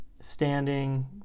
standing